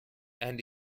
and